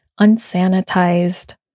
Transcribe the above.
unsanitized